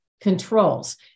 controls